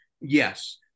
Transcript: Yes